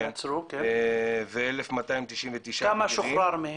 זה 1,299 --- כמה מהם שוחררו?